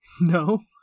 No